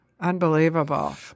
unbelievable